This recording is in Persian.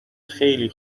خیلی